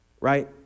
right